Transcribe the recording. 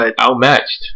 outmatched